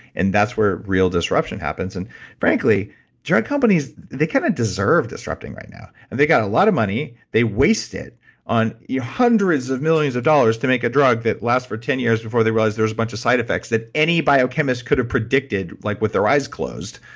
and that's where real disruption happens. and frankly drug companies, they kind of deserved disrupting right now. and they got a lot of money, they waste it on. yeah hundreds of millions of dollars to make a drug that lasts for ten years before they realize there was a bunch of side effects that any biochemists could have predicted like with their eyes closed,